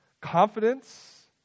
confidence